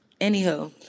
anywho